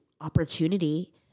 opportunity